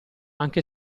anche